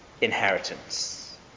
inheritance